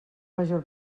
major